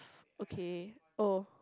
okay oh